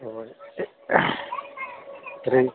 तो थ्री